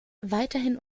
weiterhin